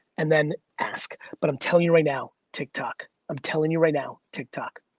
and then ask, but i'm telling you right now, tik tok, i'm telling you right now, tik tok.